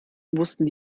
wussten